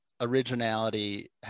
originality